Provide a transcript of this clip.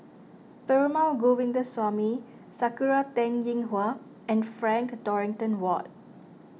Perumal Govindaswamy Sakura Teng Ying Hua and Frank Dorrington Ward